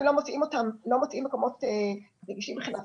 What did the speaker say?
לא מוצאים מקומות נגישים מבחינה פיזית,